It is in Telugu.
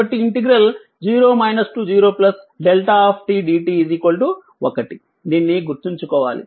కాబట్టి 0 0δ dt 1 దీన్ని గుర్తుంచుకోవాలి